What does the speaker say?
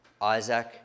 Isaac